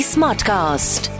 Smartcast